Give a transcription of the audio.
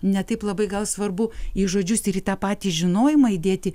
ne taip labai gal svarbu į žodžius ir į tą patį žinojimą įdėti